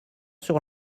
sur